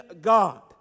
God